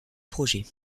projet